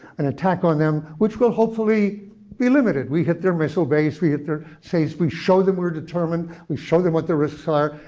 an attack on them which will hopefully be limited. we hit their missile base, we hit their safes. we show them we are determined. we show them what the risks are.